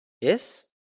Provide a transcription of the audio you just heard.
yes